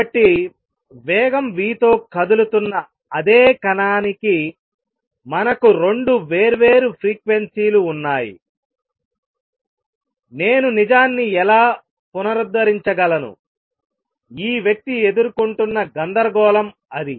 కాబట్టి వేగం v తో కదులుతున్న అదే కణానికి మనకు 2 వేర్వేరు ఫ్రీక్వెన్సీ లు ఉన్నాయినేను నిజాన్ని ఎలా పునరుద్దరించగలను ఈ వ్యక్తి ఎదుర్కొంటున్న గందరగోళం అది